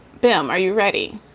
bembe, are you ready,